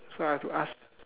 so I have to ask